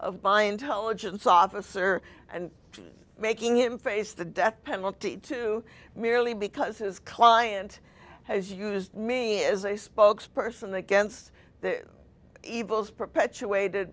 intelligence officer and making him face the death penalty to merely because his client has used me as a spokes person against the evils perpetuated